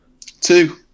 two